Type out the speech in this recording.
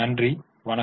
நன்றி வணக்கம்